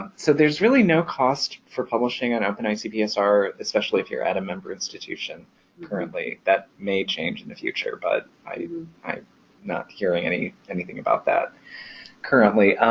so there's really no cost for publishing on openicpsr, especially if you're at a member institution currently. that may change in the future but i'm not hearing anything about that currently.